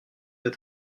vous